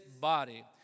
body